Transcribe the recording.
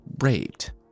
raped